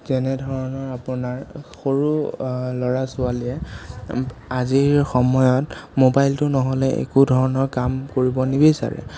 তেনেধৰণৰ আপোনাৰ সৰু ল'ৰা ছোৱালীয়ে আজিৰ সময়ত মোবাইলটো নহ'লে একো ধৰণৰ কাম কৰিব নিবিচাৰে